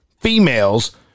females